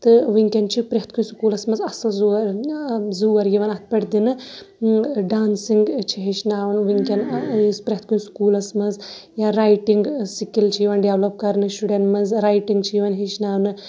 تہٕ وٕںۍکٮ۪ن چھِ پرٮ۪تھ کُنہِ سکوٗلَس منٛز اَصٕل زور زور یِوان اَتھ پٮ۪ٹھ دِنہٕ ڈانسِنٛگ چھِ ہیٚچھناوان وٕنۍکٮ۪ن پرٮ۪تھ کُنہِ سکوٗلَس منٛز یا رایٹِنٛگ سِکِل چھِ یِوان ڈیولَپ کَرنہٕ شُرٮ۪ن منٛز رایٹِنٛگ چھِ یِوان ہیٚچھناونہٕ